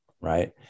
Right